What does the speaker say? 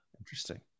Interesting